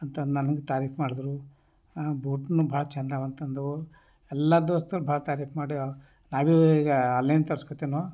ಅಂತ ನನಗೆ ತಾರಿಫ್ ಮಾಡಿದ್ರು ಆ ಬೂಟ್ನು ಭಾಳ ಚೆಂದವ ಅಂತಂದರು ಎಲ್ಲ ದೋಸ್ತರು ಭಾಳ ತಾರಿಫ್ ಮಾಡಿ ನಾವು ಭೀ ಈಗ ಆನ್ಲೈನ್ ತರ್ಸ್ಕೋತಿನೋ